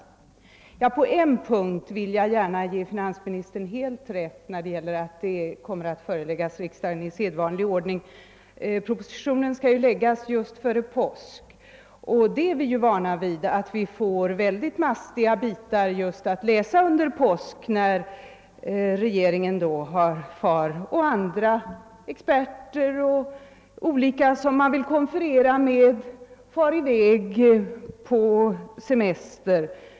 På en punkt vill jag gärna ge finansministern helt rätt på tal om att förelägga riksdagen något i sedvanlig ordning. Propositionen skall ju framläggas strax före påsk, och vi är ju vana vid att vi får mycket mastiga bitar att läsa just före påsk då regeringens ledamöter, andra experter och över huvud taget personer som man vill konferera med åker på semester.